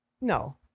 no